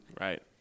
Right